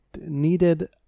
needed